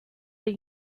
the